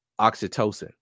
oxytocin